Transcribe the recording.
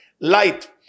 light